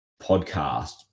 podcast